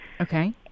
Okay